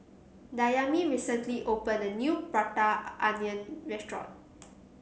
Dayami recently opened a new Prata Onion restaurant